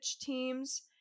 teams